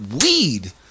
weed